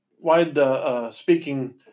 wide-speaking